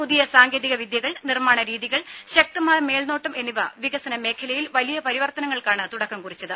പുതിയ സാങ്കേതിക വിദ്യകൾ നിർമാണ രീതികൾ ശക്തമായ മേൽനോട്ടം എന്നിവ വികസന മേഖലയിൽ വലിയ പരിവർത്തനങ്ങൾക്കാണ് തുടക്കം കുറിച്ചത്